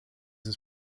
his